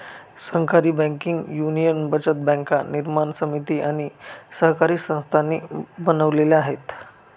सहकारी banking union बचत बँका निर्माण समिती आणि सहकारी संस्थांनी बनवल्या आहेत